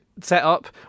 set-up